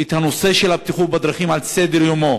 את נושא הבטיחות בדרכים על סדר-יומו